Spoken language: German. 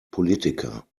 politiker